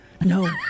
No